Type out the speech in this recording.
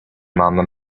mama